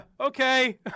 okay